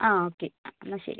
ആ ഓക്കെ എന്നാൽ ശരി